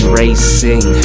racing